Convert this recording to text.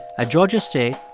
at georgia state,